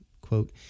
Quote